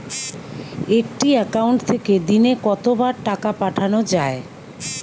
একটি একাউন্ট থেকে দিনে কতবার টাকা পাঠানো য়ায়?